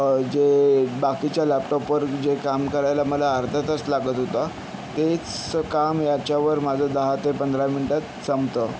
जे बाकीच्या लॅपटॉपवर जे काम करायला मला अर्धा तास लागत होता तेच काम याच्यावर माझं दहा ते पंधरा मिनिटात संपतं